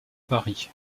paris